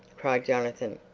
cried jonathan.